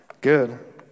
good